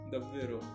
Davvero